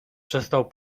przestał